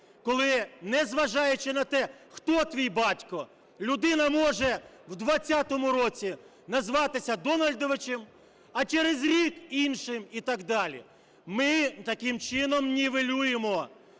коли, незважаючи на те, хто твій батько, людина може в 20-му році назватися Дональдовичем, а через рік іншим і так далі? Ми таким чином нівелюємо